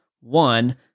One